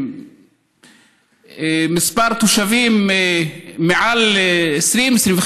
שמספר תושבים בה מעל 20,000,